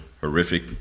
horrific